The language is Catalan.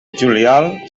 juliol